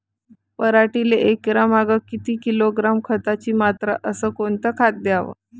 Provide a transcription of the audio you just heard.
पराटीले एकरामागं किती किलोग्रॅम खताची मात्रा अस कोतं खात द्याव?